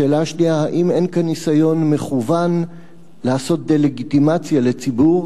שאלה שנייה: האם אין כאן ניסיון מכוון לעשות דה-לגיטימציה לציבור,